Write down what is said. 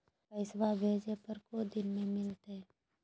पैसवा भेजे पर को दिन मे मिलतय?